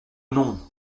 non